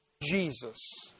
Jesus